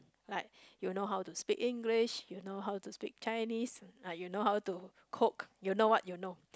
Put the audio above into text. like you know how to speak English you know how to speak Chinese uh you know how to cook you know what you know